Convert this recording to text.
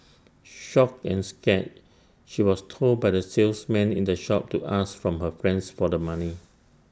shocked and scared she was told by the salesman in the shop to ask from her friends for the money